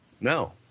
No